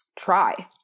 Try